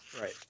Right